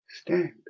stand